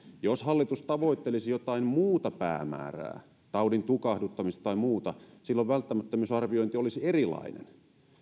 jos hallitus tavoittelisi jotain muuta päämäärää taudin tukahduttamista tai muuta silloin välttämättömyysarviointi olisi erilainen